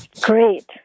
Great